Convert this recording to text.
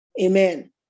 amen